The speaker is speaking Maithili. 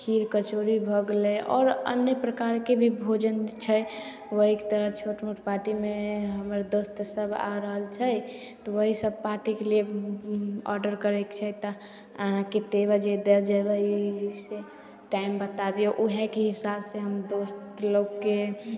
खीर कचौड़ी भऽ गेलै आओर अन्य प्रकारके भी भोजन छै वहीके तरह छोट मोट पार्टीमे हमर दोस्तसभ आ रहल छै तऽ वहीसब पार्टीके लिए ऑडर करैके छै तऽ अहाँ कतेक बजे दै जेबै ई जे छै टाइम बता दिऔ वएहके हिसाबसे हम दोस्त लोकके